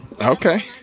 Okay